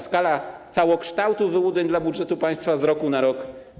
Skala całokształtu wyłudzeń dla budżetu państwa rosła z roku na rok.